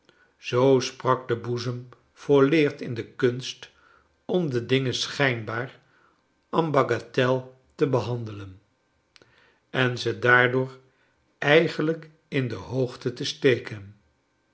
zoo sprak de boezem volleerd in de kunst om de dingen schijnbaar en bagatelle te behandelen en ze daardoor eigenlijk in de hoogte te steken